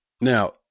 Now